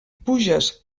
puges